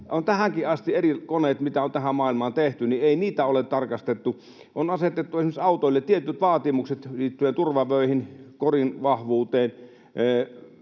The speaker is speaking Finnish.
Tähänkään asti eri koneita, mitä on tähän maailmaan tehty, ei ole tarkastettu. On asetettu esimerkiksi autoille tietyt vaatimukset liittyen turvavöihin, korin vahvuuteen,